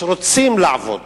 שרוצים לעבוד